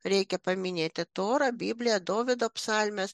reikia paminėti torą bibliją dovydo psalmes